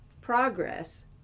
progress